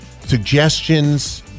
suggestions